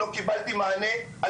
לא קיבלתי מענה,